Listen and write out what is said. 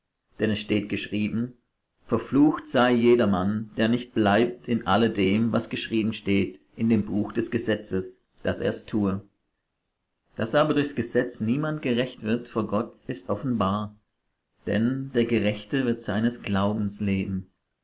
denn es steht geschrieben verflucht sei jedermann der nicht bleibt in alle dem was geschrieben steht in dem buch des gesetzes daß er's tue daß aber durchs gesetz niemand gerecht wird vor gott ist offenbar denn der gerechte wird seines glaubens leben